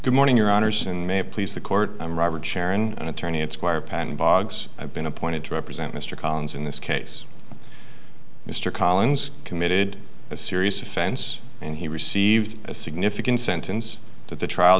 good morning your honour's and may please the court i'm robert sharon an attorney and squire patton boggs i've been appointed to represent mr collins in this case mr collins committed a serious offense and he received a significant sentence to the trial